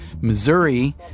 Missouri